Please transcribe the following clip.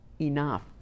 enough